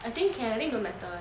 I think can I think don't matter [one]